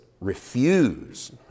refuse